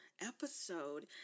episode